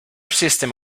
systems